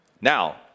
Now